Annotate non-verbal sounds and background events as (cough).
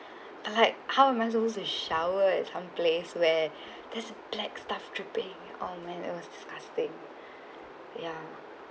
I like how am I supposed to shower at some place where (breath) there is black stuff dripping oh man it was disgusting (breath) ya